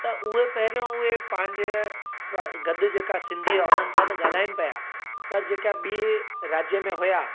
त उहे पहिरियों उहे पंहिंजे गॾु जेका सिंधी हुआ उन्हनि सां त ॻाल्हाइनि पिया पर जेका ॿिए राज्य में हुआ